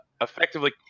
effectively